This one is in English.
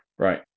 Right